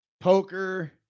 poker